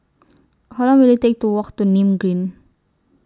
How Long Will IT Take to Walk to Nim Green